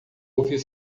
ouvir